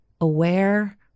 aware